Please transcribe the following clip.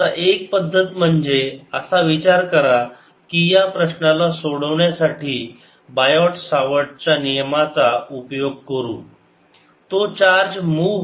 आता एक पद्धत म्हणजे असा विचार करा की या प्रश्नाला सोडवण्यासाठी बायॉट सवार्त नियमाचा उपयोग करू तो चार्ज मुव होत आहे